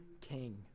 king